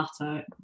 matter